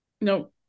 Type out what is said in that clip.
No